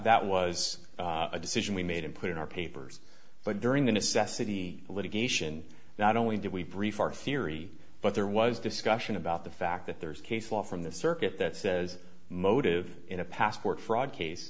that was a decision we made and put in our papers but during the necessity of litigation not only did we brief our theory but there was discussion about the fact that there's case law from the circuit that says motive in a passport fraud case